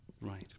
Right